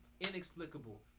inexplicable